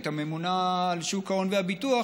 הממונה על שוק ההון והביטוח,